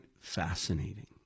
fascinating